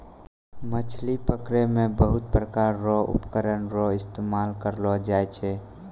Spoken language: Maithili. मछली पकड़ै मे बहुत प्रकार रो उपकरण रो इस्तेमाल करलो जाय छै